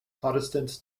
protestants